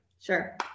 Sure